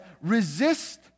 resist